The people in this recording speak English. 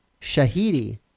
Shahidi